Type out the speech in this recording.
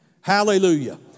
Hallelujah